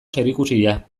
zerikusia